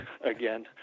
again